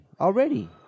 already